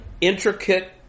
intricate